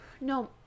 No